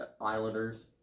Islanders